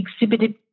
exhibited